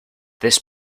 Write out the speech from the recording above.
this